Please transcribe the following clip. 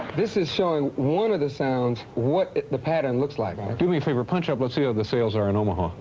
this is showing one of the sounds, what the pattern looks like. do me a favor punch up let's see how ah the sales are in omaha